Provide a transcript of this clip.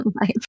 life